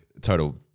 Total